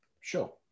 sure